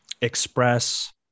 express